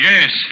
Yes